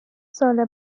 سال